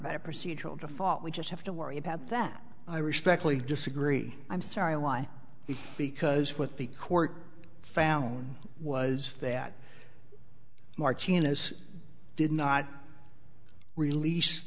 a procedural default we just have to worry about that i respectfully disagree i'm sorry why is because with the court found was that martinez did not release